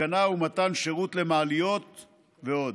התקנה ומתן שירות למעליות ועוד.